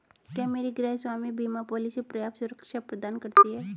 क्या मेरी गृहस्वामी बीमा पॉलिसी पर्याप्त सुरक्षा प्रदान करती है?